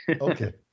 okay